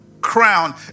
crown